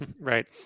Right